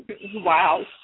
Wow